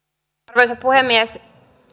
arvoisa puhemies